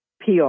PR